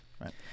Right